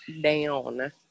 down